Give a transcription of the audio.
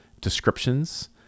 descriptions